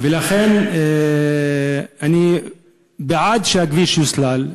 ולכן, אני בעד שהכביש ייסלל.